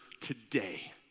today